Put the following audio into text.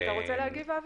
אני רוצה להגיב, אבי?